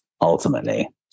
ultimately